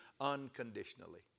unconditionally